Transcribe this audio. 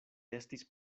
estis